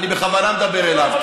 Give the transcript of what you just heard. אני בכוונה מדבר אליו,